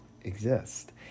exist